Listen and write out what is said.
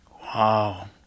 Wow